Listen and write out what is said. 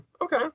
Okay